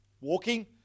walking